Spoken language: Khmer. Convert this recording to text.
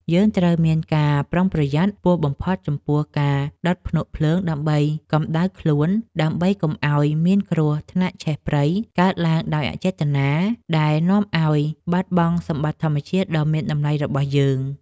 យើងត្រូវមានការប្រុងប្រយ័ត្នខ្ពស់បំផុតចំពោះការដុតភ្នក់ភ្លើងដើម្បីកម្ដៅខ្លួនដើម្បីកុំឱ្យមានគ្រោះថ្នាក់ឆេះព្រៃកើតឡើងដោយអចេតនាដែលនាំឱ្យបាត់បង់សម្បត្តិធម្មជាតិដ៏មានតម្លៃរបស់យើង។